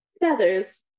Feathers